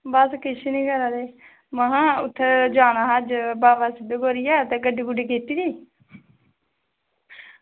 बस किश निं करा दे में हा उत्थें जाना हा अज्ज बाबा सिद्ध गोरिया दे ते कोई गड्डी कीती नी